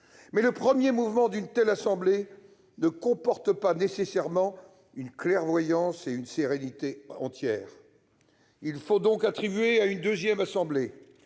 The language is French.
Mais le premier mouvement d'une telle assemblée ne comporte pas nécessairement une clairvoyance et une sérénité entières. Il faut donc attribuer à une deuxième assemblée,